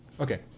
Okay